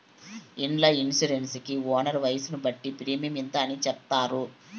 ఇండ్ల ఇన్సూరెన్స్ కి ఓనర్ వయసును బట్టి ప్రీమియం ఇంత అని చెప్తారు